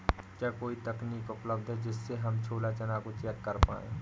क्या कोई तकनीक उपलब्ध है जिससे हम छोला चना को चेक कर पाए?